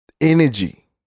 Energy